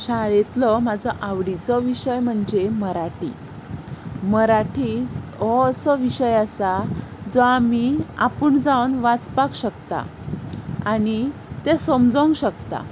शाळेंतलो म्हाजो आवडीचो विशय म्हणजे मराठी मराठी हो असो विशय आसा जो आमी आपूण जावन वाचपाक शकता आनी तें समजोंक शकता